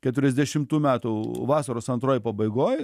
keturiasdešimtų metų vasaros antroj pabaigoj